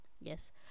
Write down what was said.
Yes